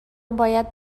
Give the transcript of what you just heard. باید